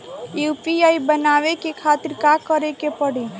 UPI बनावे के खातिर का करे के पड़ी?